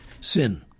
sin